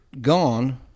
gone